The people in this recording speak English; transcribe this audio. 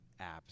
apps